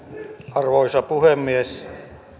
arvoisa puhemies